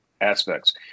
aspects